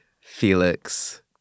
Felix